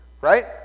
right